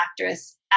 actress